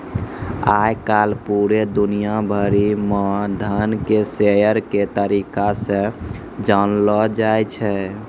आय काल पूरे दुनिया भरि म धन के शेयर के तरीका से जानलौ जाय छै